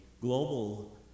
global